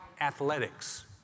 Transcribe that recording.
athletics